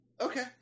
okay